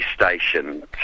station